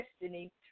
destiny